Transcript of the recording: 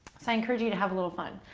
so i encourage you to have a little fun.